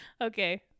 okay